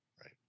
right